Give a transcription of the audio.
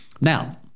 Now